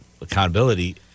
accountability